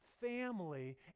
family